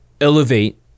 elevate